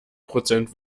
prozent